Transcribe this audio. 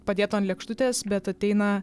padėto an lėkštutės bet ateina